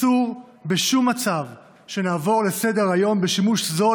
אסור בשום מצב שנעבור לסדר-היום על שימוש זול